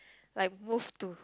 like move to